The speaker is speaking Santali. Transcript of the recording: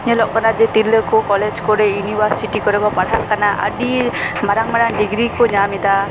ᱧᱮᱞᱚᱜ ᱠᱟᱱᱟ ᱡᱮ ᱛᱤᱨᱞᱟᱹ ᱠᱚ ᱠᱚᱞᱮᱡᱽ ᱠᱚᱨᱮ ᱤᱭᱩᱱᱤᱵᱷᱟᱨᱥᱤᱴᱤ ᱠᱚᱨᱮ ᱠᱚ ᱯᱟᱲᱦᱟᱜ ᱠᱟᱱᱟ ᱟᱹᱰᱤ ᱢᱟᱨᱟᱝ ᱢᱟᱨᱟᱝ ᱰᱤᱜᱽᱨᱤ ᱠᱚ ᱧᱟᱢ ᱮᱫᱟ